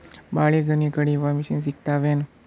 ಬಾಳಿಗೊನಿ ಕಡಿಯು ಮಷಿನ್ ಸಿಗತವೇನು?